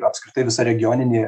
apskritai visa regioninė